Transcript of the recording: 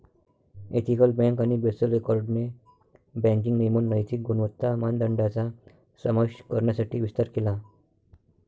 ethical bank आणि Basel एकॉर्डने banking नियमन नैतिक गुणवत्ता मानदंडांचा समावेश करण्यासाठी विस्तार केला